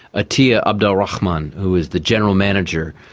atiyah abd rahman, who is the general manager,